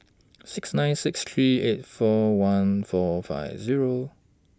six nine six three eight four one four five Zero